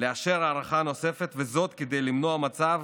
לאשר הארכה נוספת, כדי למנוע מצב